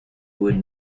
would